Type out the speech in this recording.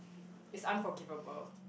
it's unforgivable